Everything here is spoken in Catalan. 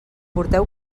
porteu